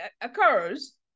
occurs